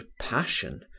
passion